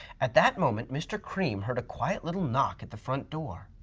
at that moment mr. cream heard a quiet little knock at the front door.